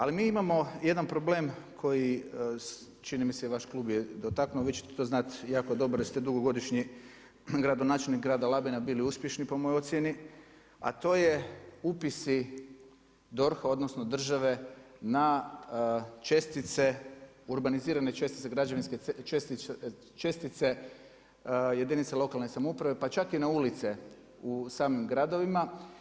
Ali mi imamo jedan problem koji čini mi se i vaš klub se dotaknuo, vi ćete to znati jako dobro jer ste dugogodišnji gradonačelnik grada Labina bili uspješni po mojoj ocjeni, a to je upisi DORH-a odnosno države na čestice, urbanizirane čestice, građevinske čestice jedinica lokalne samouprave pa čak i na ulice u samim gradovima.